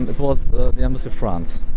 was the embassy of france.